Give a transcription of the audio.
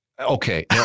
Okay